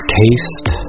taste